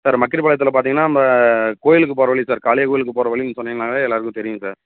sir மக்கிரிப்பாளையத்தில் பார்த்தீங்கன்னா நம்ம கோவிலுக்கு போகிற வழி சார் காளியா கோவிலுக்கு போகிற வழின்னு சொன்னீங்கன்னாலே எல்லோருக்கும் தெரியும்